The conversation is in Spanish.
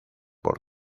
por